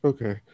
Okay